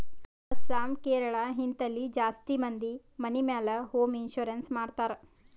ಅಸ್ಸಾಂ, ಕೇರಳ, ಹಿಂತಲ್ಲಿ ಜಾಸ್ತಿ ಮಂದಿ ಮನಿ ಮ್ಯಾಲ ಹೋಂ ಇನ್ಸೂರೆನ್ಸ್ ಮಾಡ್ತಾರ್